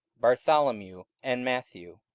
bartholomew, and matthew,